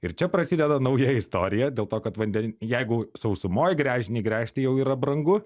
ir čia prasideda nauja istorija dėl to kad vande jeigu sausumoj gręžinį gręžti jau yra brangu